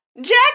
Jack